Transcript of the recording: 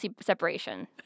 separation